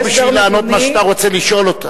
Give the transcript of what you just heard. היא לא פה בשביל לענות מה שאתה רוצה לשאול אותה.